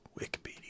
Wikipedia